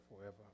forever